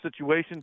situation